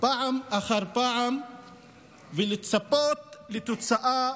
פעם אחר פעם ולצפות לתוצאה